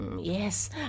Yes